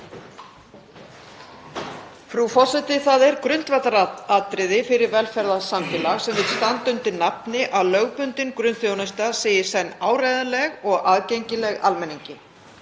Frú forseti. Það er grundvallaratriði fyrir velferðarsamfélag sem vill standa undir nafni að lögbundin grunnþjónusta sé í senn áreiðanleg og aðgengileg almenningi.